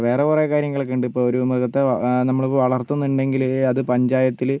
വേറെ കുറെ കാര്യങ്ങളൊക്കെ ഉണ്ട് ഇപ്പോൾ ഒരു മൃഗത്തെ നമ്മളിപ്പോൾ വളർത്തുന്നുണ്ടെങ്കിൽ അത് പഞ്ചായത്തിൽ